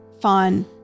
fun